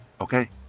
Okay